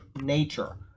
nature